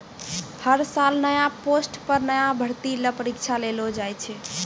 हर साल नया पोस्ट पर नया भर्ती ल परीक्षा लेलो जाय छै